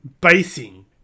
basing